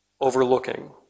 overlooking